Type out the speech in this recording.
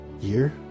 year